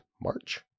March